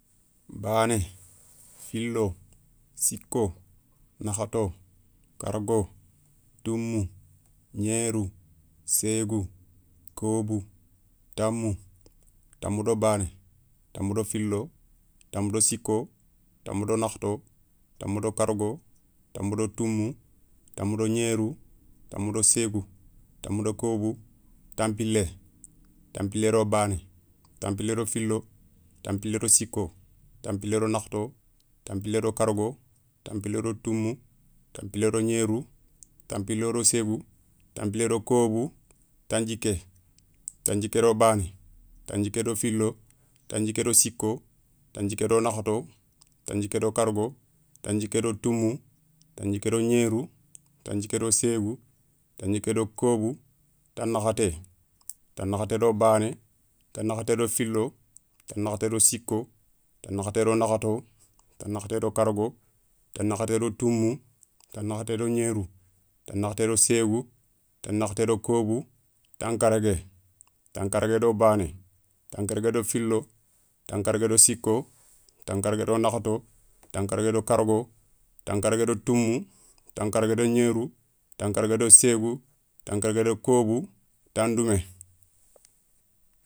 Bané, filo, siko, nakhato, kargo, toumou, gnérou, ségou, keubou, tamou, tamou do bané, tamou do filo, tamou do siko, tamou do nakhato, tamou do karago, tamou do toumou, tamou do gnérou, tamou do ségou, tamou do keubou, tanpilé. tanpilé do bané, tanpilé do filo, tanpilé do siko, tanpilé do nakhato, tanpilo do kargo, tanpilé do toumou, tanpilé do gnérou, tanpilé do ségou, tanpilé do kébou, tandjiké. Tandjiké do bané, tandjiké do filo, tandjiké do siko, tandjiké do nakhato, tandjiké do kargo, tandjiké do toumou, tandjiké do gnérou, tandjiké do ségou, tanjiké do kébou, tanakhaté. Tanakhaté do bané, tanakhaté do filo. tanakhaté do siko, tanakhaté do nakhato, tanakhaté do karago, tanakhaté do toumou, tanakhaté do gnérou, tanakhaté do ségou, tanakhaté do kébou, tankaragué. Tankargué do bané, tankargué do filo, tankargué do siko, tankargué do nakhato, tankargué do kargo, tankargué do toumou, tankargué do gnérou, tankargué do ségou, tankargué do kébou, tandoumé.